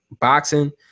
boxing